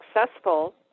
successful